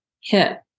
hip